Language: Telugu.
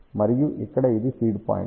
మరియు ఇక్కడ ఇది ఫీడ్ పాయింట్